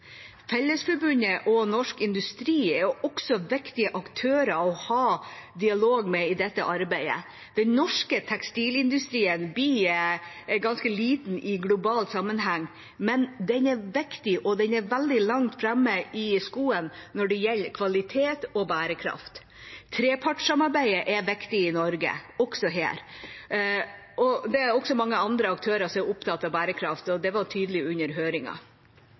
Fellesforbundet og Norsk Industri er også viktige aktører å ha dialog med i dette arbeidet. Den norske tekstilindustrien blir ganske liten i global sammenheng, men den er viktig, og den er veldig langt framme i skoen når det gjelder kvalitet og bærekraft. Trepartssamarbeidet er viktig i Norge, også her. Det er også mange andre aktører som er opptatt av bærekraft, og det var tydelig under